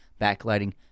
backlighting